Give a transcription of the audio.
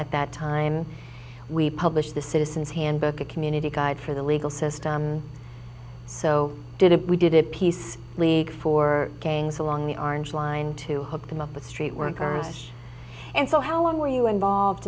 at that time we published the citizen's handbook a community guide for the legal system so did it we did it piece league for gangs along the orange line to hook them up with street workers and so how long were you involved